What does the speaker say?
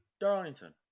Darlington